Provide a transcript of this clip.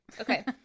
Okay